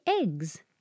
eggs